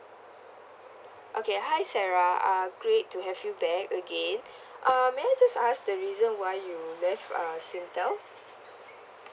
okay hi sarah uh great to have you back again uh may I just ask the reason why you left uh Singtel